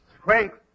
strength